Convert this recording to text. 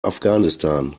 afghanistan